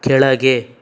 ಕೆಳಗೆ